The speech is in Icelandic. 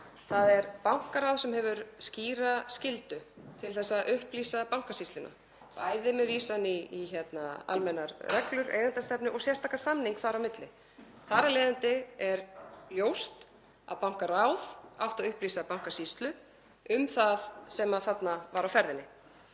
Það er bankaráð sem hefur skýra skyldu til að upplýsa Bankasýsluna, bæði með vísan í almennar reglur, eigendastefnu og sérstakan samning þar á milli. Þar af leiðandi er ljóst að bankaráð átti að upplýsa Bankasýslu um það sem þarna var á ferðinni.